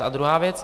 A druhá věc.